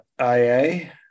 IA